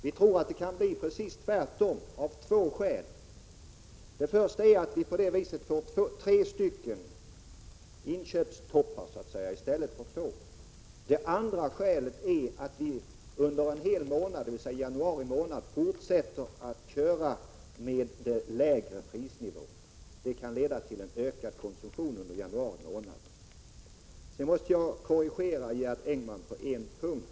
Vi tror att det kan bli precis tvärtom — av två skäl. Det första skälet är att vi genom en senareläggning av ikraftträdandet får tre inköpstoppar i stället för två. Det andra skälet är att man under en hel månad, dvs. januari månad, fortsätter att tillämpa den lägre prisnivån. Det kan leda till en ökad konsumtion under januari månad. Sedan måste jag korrigera Gerd Engman på en punkt.